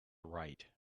right